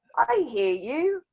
i hear you.